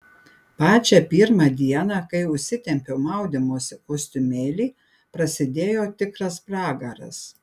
pačią pirmą dieną kai užsitempiau maudymosi kostiumėlį prasidėjo tikras pragaras